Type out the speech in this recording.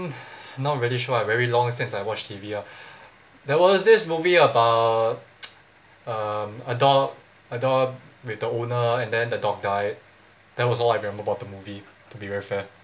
not really sure I very long since I watch T_V ah there was this movie about um a dog a dog with the owner and then the dog died that was all I remember about the movie to be very fair